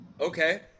Okay